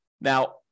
Now